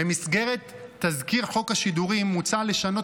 במסגרת תזכיר חוק השידורים מוצע לשנות